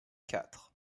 quatre